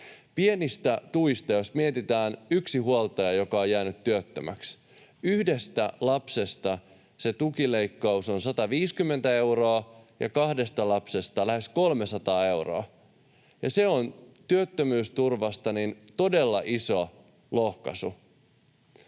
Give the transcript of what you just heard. Pienistä tuista. Jos mietitään yksinhuoltajaa, joka on jäänyt työttömäksi, yhdestä lapsesta se tukileikkaus on 150 euroa ja kahdesta lapsesta lähes 300 euroa, ja se on työttömyysturvasta todella iso lohkaisu.